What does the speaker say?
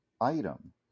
item